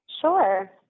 Sure